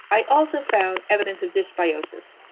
i also found evidence of dysbiosis.